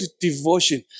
devotion